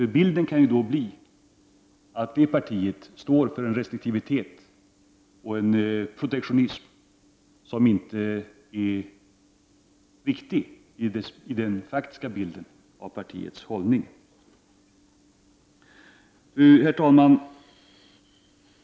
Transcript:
Bilden kan då bli att det partiet står för restriktivitet och protektionism, något som inte är av vikt i den faktiska bilden av partiets hållning. Herr talman!